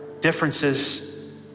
differences